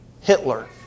Hitler